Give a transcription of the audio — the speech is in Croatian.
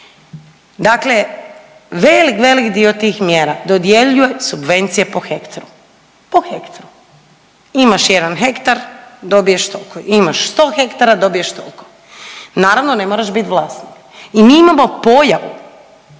Dakle velik, velik dio tih mjera dodjeljuje subvencije po hektru. Po hektru. Imaš jedan hektar, dobiješ toliko, imaš 100 hektara, dobiješ toliko. Naravno, ne moraš bit vlasnik i mi imamo pojavu,